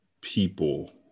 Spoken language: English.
people